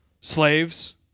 slaves